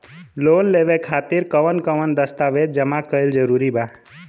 Loan लेवे खातिर कवन कवन दस्तावेज जमा कइल जरूरी बा?